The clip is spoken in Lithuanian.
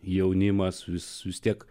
jaunimas vis tiek